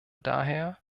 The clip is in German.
daher